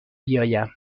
بیایم